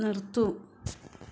നിർത്തുക